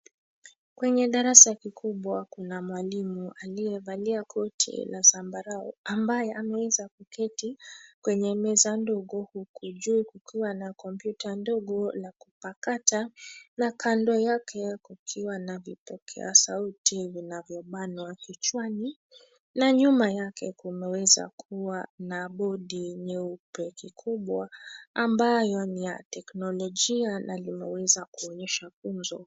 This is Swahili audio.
Kwenye darasa kikubwa kuna mwalimu aliyevalia koti la zambarau ambaye ameweza kuketi kwenye meza ndogo huku juu kukiwa na kompyuta ndogo la kupakata na kando yake kukiwa na vipokea sauti vinavyobanwa kichwani na nyuma yake kumeweza kuwa na bodi nyeupe kikubwa ambayo ni ya teknolojia na limeweza kuonyesha funzo.